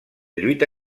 lluita